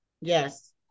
Yes